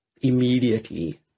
immediately